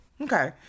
Okay